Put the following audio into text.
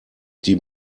die